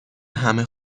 همه